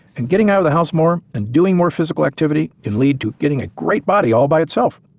and getting out of the house more and doing more physical activity can lead to getting a great body all by itself.